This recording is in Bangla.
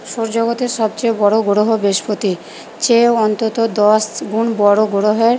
সৌর জগতের সবচেয়ে বড়ো গ্রহ বৃহস্পতি চেয়েও অন্তত দশ গুণ বড়ো গ্রহের